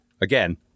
Again